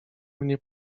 mnie